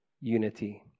unity